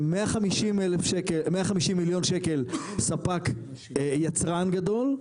זה 150 מיליון שקלים יצרן גדול,